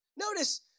Notice